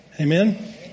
Amen